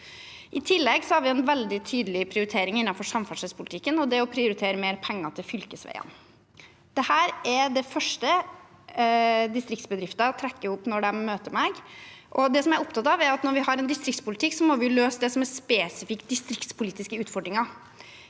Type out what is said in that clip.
I tillegg har vi en veldig tydelig prioritering innenfor samferdselspolitikken, og det er å prioritere mer penger til fylkesveiene. Dette er det første distriktsbedrifter trekker fram når de møter meg. Det jeg er opptatt av, er at når vi har en distriktspolitikk, må vi løse det som er spesifikke distriktspolitiske utfordringer.